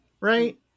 Right